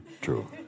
true